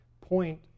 point